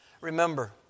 Remember